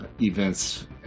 events